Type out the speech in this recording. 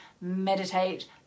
meditate